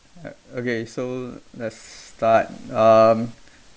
okay so let's start um